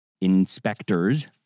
Inspector's